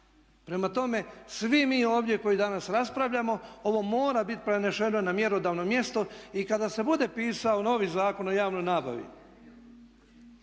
Prema tome, svi mi ovdje koji danas raspravljamo ovo mora biti preneseno na mjerodavno mjesto i kada se bude pisao novi Zakon o javnoj nabavi